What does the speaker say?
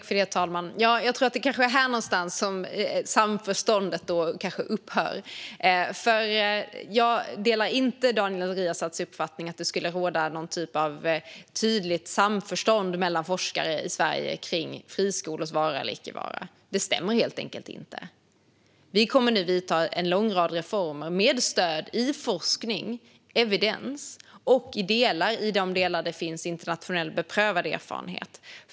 Herr talman! Jag tror kanske att det är här någonstans som samförståndet upphör, för jag delar inte Daniel Riazats uppfattning att det skulle råda någon typ av tydligt samförstånd mellan forskare i Sverige kring friskolors vara eller icke vara. Det stämmer helt enkelt inte. Vi kommer nu att vidta en lång rad reformer med stöd i forskning - evidens - och i de delar där det finns internationell, beprövad erfarenhet.